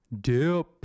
Dip